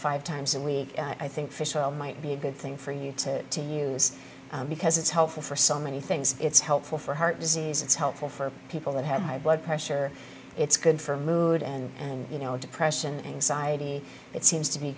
five times a week i think fish oil might be a good thing for you to use because it's helpful for so many things it's helpful for heart disease it's helpful for people that have high blood pressure it's good for mood and you know depression anxiety it seems to be